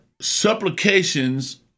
supplications